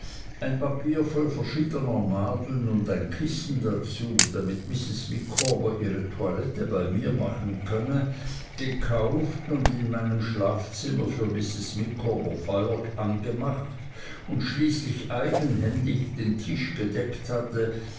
ein papier voll verschiedener nadeln und ein kissen dazu damit mrs micawber ihre toilette bei mir machen könne gekauft und in meinem schlafzimmer für mrs micawber feuer angemacht und schließlich eigenhändig den tisch gedeckt hatte